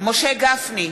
משה גפני,